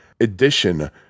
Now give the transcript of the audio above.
edition